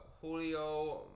Julio